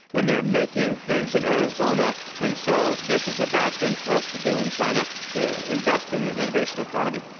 and they're making things in arizona, and so, this is a bad thing for us to do in china, to invest in an innovation economy.